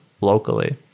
locally